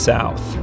South